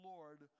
Lord